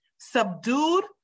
subdued